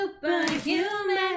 superhuman